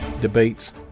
debates